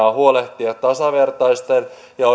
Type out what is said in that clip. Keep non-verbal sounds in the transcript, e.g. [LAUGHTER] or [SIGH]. [UNINTELLIGIBLE] on huolehtia tasavertaisesta ja [UNINTELLIGIBLE]